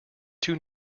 too